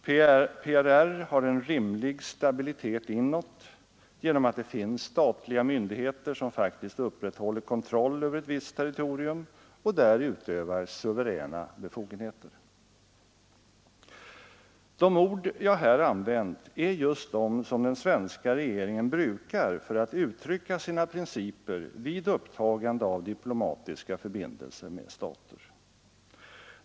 PRR har en rimlig stabilitet inåt genom att det finns statliga myndigheter som faktiskt upprätthåller kontroll över ett visst territorium och där utövar suveräna befogenheter. De ord jag här använt är just de som den svenska regeringen brukar för att uttrycka sina principer vid upptagande av diplomatiska förbindelser med stater.